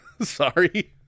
Sorry